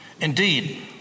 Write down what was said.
Indeed